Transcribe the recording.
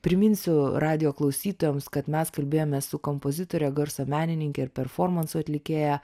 priminsiu radijo klausytojams kad mes kalbėjome su kompozitore garso menininke ir performansų atlikėja